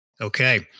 Okay